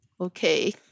Okay